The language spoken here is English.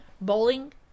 bowling